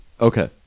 Okay